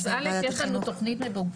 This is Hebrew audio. אז א' יש לנו תוכנית מגובשת,